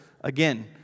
again